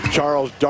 Charles